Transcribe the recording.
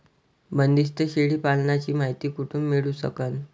बंदीस्त शेळी पालनाची मायती कुठून मिळू सकन?